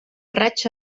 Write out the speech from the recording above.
raig